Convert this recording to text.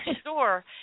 store